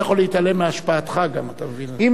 אם לא הייתי שלם עם הצעת החוק,